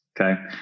Okay